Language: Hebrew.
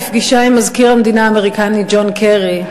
בפגישה עם מזכיר המדינה האמריקני ג'ון קרי,